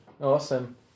awesome